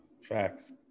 Facts